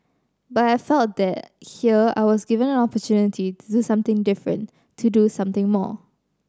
but I felt that here I was given an opportunity to do something different to do something more